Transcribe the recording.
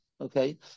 okay